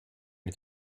het